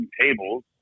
tables